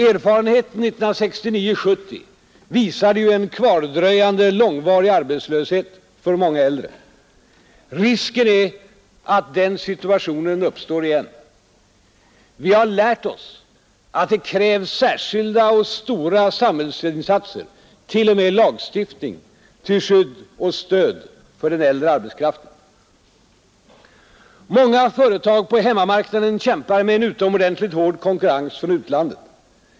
Erfarenheten 1969-1970 visade ju en kvardröjande, långvarig arbetslöshet för många äldre. Risken är att den situationen uppstår igen. Vi har lärt oss att det krävs särskilda och stora samhällsinsatser, t.o.m. lagstiftning, till skydd och stöd för den äldre arbetskraften. Många företag på hemmamarknaden kämpar med en utomordentligt hård konkurrens från utlandet.